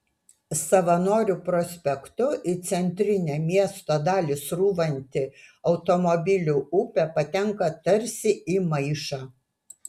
savanorių prospektu į centrinę miesto dalį srūvanti automobilių upė patenka tarsi į maišą